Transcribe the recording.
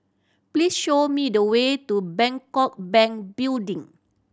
please show me the way to Bangkok Bank Building